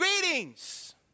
Greetings